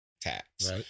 tax